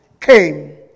came